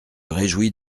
réjouis